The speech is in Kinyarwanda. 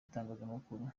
itangazamakuru